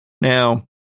Now